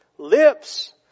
Lips